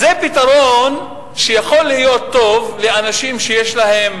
זה פתרון שיכול להיות טוב לאנשים שיש להם